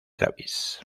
travis